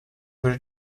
würde